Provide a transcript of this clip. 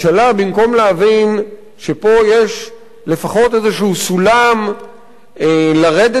במקום להבין שפה יש לפחות איזה סולם לרדת ממנו,